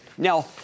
Now